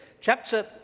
Chapter